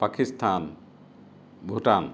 Pakistan Bhutan